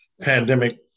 pandemic